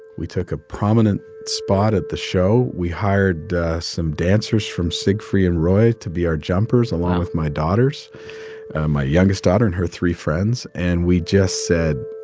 we took a prominent spot at the show. we hired some dancers from siegfried and roy to be our jumpers along with my daughters my youngest daughter and her three friends. and we just said,